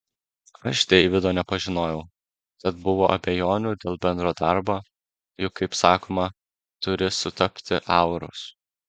aš deivido nepažinojau tad buvo abejonių dėl bendro darbo juk kaip sakoma turi sutapti auros